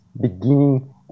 beginning